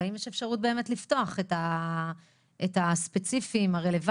והאם יש אפשרות באמת לפתוח את הדברים הרלוונטיים